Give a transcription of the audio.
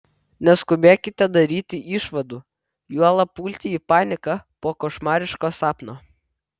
neskubėkite daryti išvadų juolab pulti į paniką po košmariško sapno